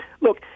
look